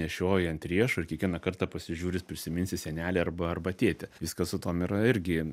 nešioji ant riešo kiekvieną kartą pasižiūri prisiminsi senelį arba arba tėtį viskas su tuom yra irgi